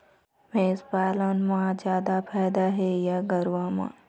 भैंस पालन म जादा फायदा हे या गरवा म?